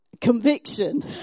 conviction